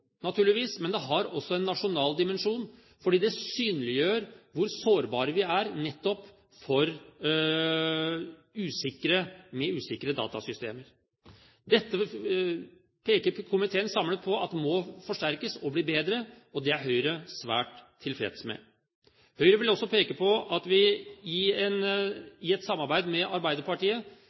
men det har også en nasjonal dimensjon, fordi det synliggjør nettopp hvor sårbare vi er med usikre datasystemer. Dette peker komiteen samlet på må forsterkes og bli bedre, og det er Høyre svært tilfreds med. Høyre vil også peke på at vi i et samarbeid med Arbeiderpartiet